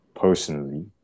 personally